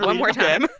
more time